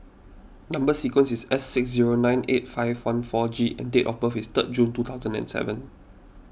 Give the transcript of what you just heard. Number Sequence is S six zero nine eight five one four G and date of birth is third June two count and seven